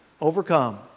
overcome